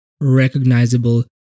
recognizable